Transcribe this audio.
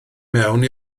mewn